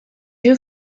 you